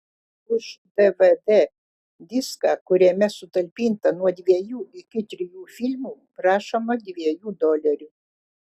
už dvd diską kuriame sutalpinta nuo dviejų iki trijų filmų prašoma dviejų dolerių